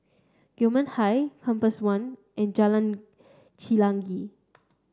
Gillman Height Compass One and Jalan Chelagi